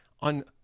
on